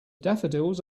daffodils